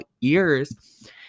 Ears